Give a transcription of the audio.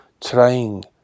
Trying